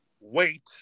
wait